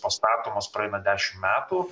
pastatomas praeina dešim metų